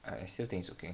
I assume things okay